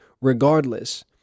regardless